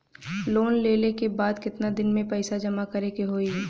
Loan लेले के बाद कितना दिन में पैसा जमा करे के होई?